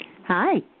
Hi